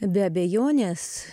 be abejonės